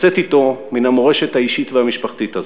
לשאת אתו מן המורשת האישית והמשפחתית הזאת?